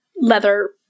leather